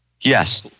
Yes